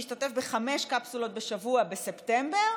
להשתתף בחמש קפסולות בשבוע בספטמבר,